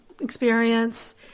experience